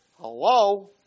hello